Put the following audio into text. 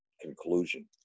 conclusion